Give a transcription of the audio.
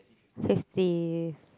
fifty